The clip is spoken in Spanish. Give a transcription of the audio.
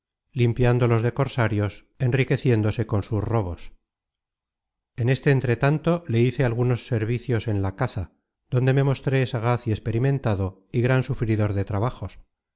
mares limpiándolos de cosarios enriqueciéndose con sus robos en este entretanto le hice algunos servicios en la caza donde me mostré sagaz y experimentado y gran sufridor de trabajos